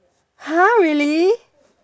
!huh! really